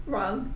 Wrong